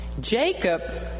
Jacob